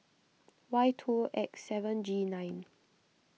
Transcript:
Y two X seven G nine